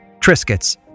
Triscuits